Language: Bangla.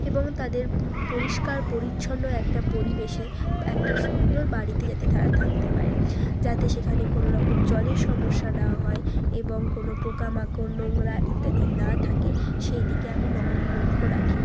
এবং তাদের পরিষ্কার পরিচ্ছন্ন একটা পরিবেশে একটা সুন্দর বাড়িতে যাতে তারা থাকতে পারে যাতে সেখানে কোনো রকম জলের সমস্যা না হয় এবং কোনো পোকামাকড় নোংরা ইত্যাদি না থাকে সেই দিকে আমি লক্ষ্য রাখি